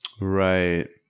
right